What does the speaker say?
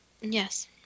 Yes